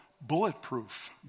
bulletproof